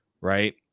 right